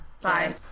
Bye